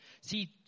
See